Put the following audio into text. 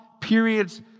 periods